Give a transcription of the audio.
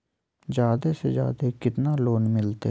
जादे से जादे कितना लोन मिलते?